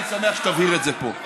אני שמח שתבהיר את זה פה.